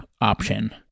option